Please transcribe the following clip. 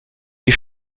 die